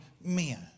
men